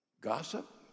Gossip